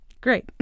Great